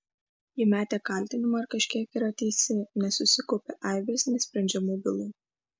ji metė kaltinimą ir kažkiek yra teisi nes susikaupė aibės nesprendžiamų bylų